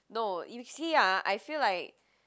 no you see ah I feel like